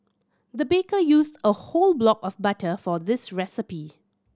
the baker used a whole block of butter for this recipe